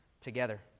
together